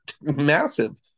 massive